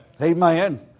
Amen